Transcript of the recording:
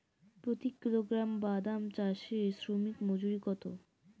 প্রতি কিলোগ্রাম বাদাম চাষে শ্রমিক মজুরি কত?